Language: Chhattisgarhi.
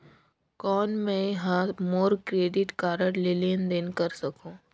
कौन मैं ह मोर क्रेडिट कारड ले लेनदेन कर सकहुं?